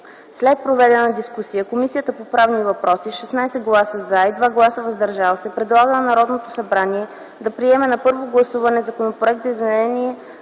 След проведената дискусия Комисията по правни въпроси с 16 гласа „за” и 2 гласа „въздържал се”, предлага на Народното събрание да приеме на първо гласуване Законопроект за изменение